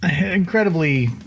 incredibly